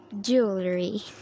Jewelry